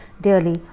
dearly